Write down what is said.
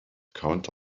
counter